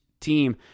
team